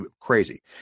crazy